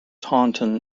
taunton